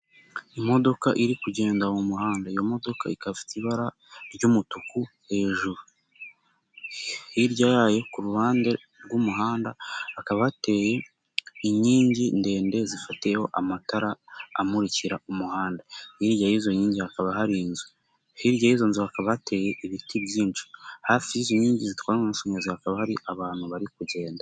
Imodoka iri kugenda mu muhanda, iyo modoka ikaba fite ibara ry'umutuku hejuru, hirya yayo ku ruhande rw'umuhanda hakaba hateye inkingi ndende zifatiyeho amatara amurikira umuhanda, hirya y'izo nkingi hakaba hari inzu, hirya y'izo nzu hakaba hateye ibiti byinshi, hafi y'izi nkingi zitwara umuriro w'amashanyarazi hakaba hari abantu bari kugenda.